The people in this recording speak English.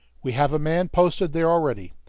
we have a man posted there already.